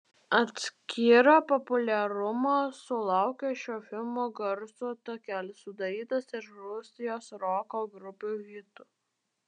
atskiro populiarumo sulaukė šio filmo garso takelis sudarytas iš rusijos roko grupių hitų